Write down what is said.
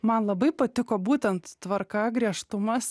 man labai patiko būtent tvarka griežtumas